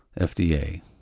FDA